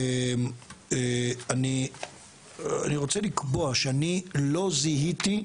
אני רוצה לקבוע שאני לא זיהיתי,